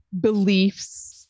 beliefs